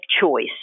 choice